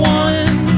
one